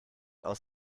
aus